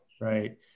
right